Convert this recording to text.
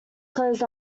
closed